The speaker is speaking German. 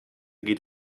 geht